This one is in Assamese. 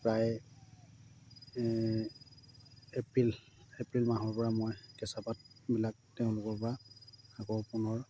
প্ৰায় এপ্ৰিল এপ্ৰিল মাহৰপৰা মই কেঁচাপাতবিলাক তেওঁলোকৰপৰা আকৌ পুনৰ